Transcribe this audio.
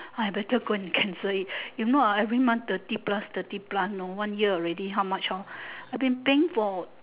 I better go and cancel it if not ah every month thirty plus thirty plus one year already how much hor I have been paying for